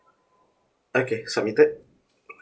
okay submitted